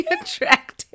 attractive